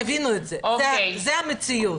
תבינו את זה, זו המציאות.